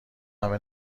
همه